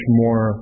more